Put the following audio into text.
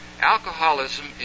alcoholism